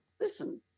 listen